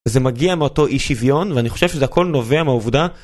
זה מגיע מאותו אי שוויון ואני חושב שזה הכל נובע מהעובדה.